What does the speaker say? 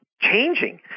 changing